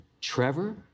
Trevor